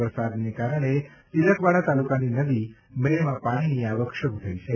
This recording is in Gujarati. વરસાદને કારણે તિલકવાડા તાલુકાની નદી મેણમાં પાણીની આવક શરૂ થઇ છે